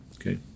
Okay